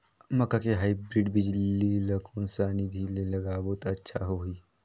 मक्का के हाईब्रिड बिजली ल कोन सा बिधी ले लगाबो त अच्छा होहि?